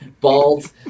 bald